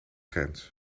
grens